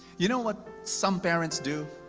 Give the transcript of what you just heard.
you know what some parents do?